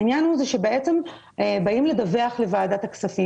העניין הוא שבעצם באים לדווח לוועדת הכספים